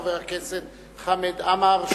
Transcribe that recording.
חבר הכנסת חמד עמאר,